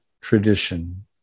tradition